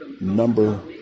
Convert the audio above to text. Number